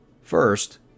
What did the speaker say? First